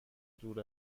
دور